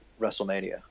WrestleMania